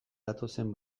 datozen